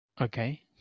Okay